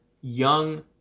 Young